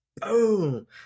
Boom